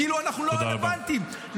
כאילו אנחנו לא רלוונטיים.